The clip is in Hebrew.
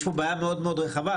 יש פה בעיה מאוד רחבה,